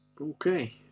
Okay